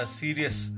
serious